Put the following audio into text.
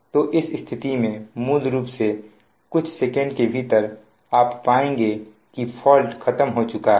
तो इस स्थिति में मूल रूप से कुछ सेकंड के भीतर आप पाएंगे कि फॉल्ट खत्म हो चुका है